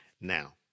Now